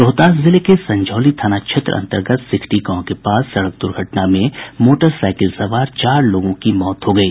रोहतास जिले के संझौली थाना क्षेत्र अन्तर्गत सिकठी गांव के पास सड़क दुर्घटना में मोटरसाईकिल सवार चार लोगों की मौत हो गयी